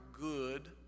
good